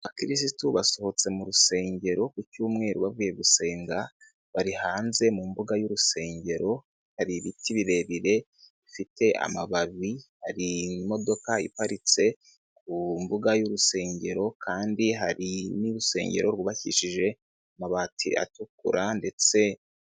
Abakirisitu basohotse mu rusengero, ku cyumweru bavuye gusenga, bari hanze mu mbuga y'urusengero, hari ibiti birebire bifite amababi, hari imodoka iparitse ku mbuga y'urusengero kandi hari n'urusengero rwubakishije amabati atukura ndetse.